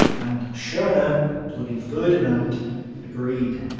and schorner bloody ferdinand agreed.